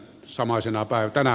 samaisena päivänä